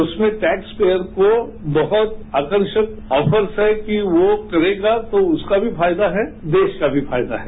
उसमें tax payer को बहुत आकर्षक ऑफर्स हैं कि वो करेगा तो उसका भी फायदा है देश का भी फायदा है